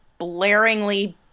blaringly